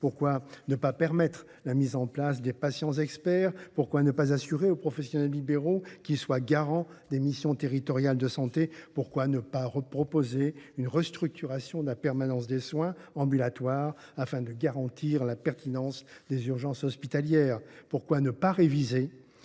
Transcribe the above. Pourquoi ne pas permettre la mise en place des patients experts ? Pourquoi ne pas assurer aux professionnels libéraux qu’ils soient garants des missions territoriales de santé ? Pourquoi ne pas proposer une restructuration de la permanence des soins ambulatoires, afin de garantir la pertinence des urgences hospitalières ? Pourquoi ne pas réviser